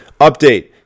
update